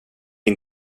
din